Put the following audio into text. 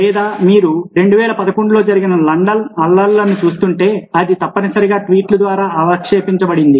లేదా మీరు 2011లో జరిగిన లండన్ అల్లర్లను చూస్తుంటే అది తప్పనిసరిగా ట్వీట్ల ద్వారా అవక్షేపించబడింది